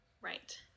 Right